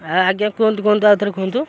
ଆଜ୍ଞା କୁହନ୍ତୁ କୁହନ୍ତୁ ଆଉଥରେ କୁହନ୍ତୁ